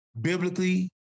Biblically